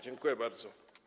Dziękuję bardzo.